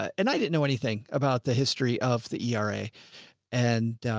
and i didn't know anything about the history of the era and, ah,